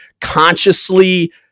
consciously